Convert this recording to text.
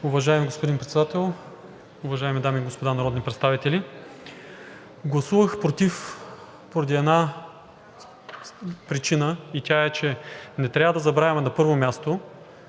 Уважаеми господин Председател, уважаеми дами и господа народни представители! Гласувах против поради една причина и тя е, че не трябва да забравяме, на първо място,